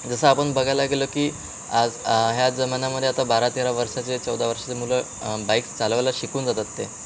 जसं आपण बघायला गेलो की आज ह्या जमान्यामध्ये आता बारा तेरा वर्षाचे चौदा वर्षाचे मुलं बाईक्स चालवायला शिकून जातात ते